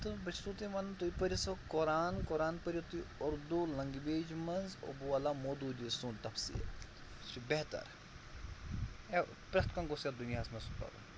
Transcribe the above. تہٕ بہٕ چھُسو تۄہہِ وَنان تُہۍ پٔرِو سو قرآن قرآن پٔرِو تُہۍ اُردوٗ لنٛگویج منٛز ابو الاعلی مٲدوٗدی سُنٛد تفصیٖل سُہ چھُ بہتر یا پرٛٮ۪تھ کانٛہہ گوٚژھ یتھ دُنیاہَس منٛز سُہ پَرُن